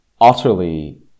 utterly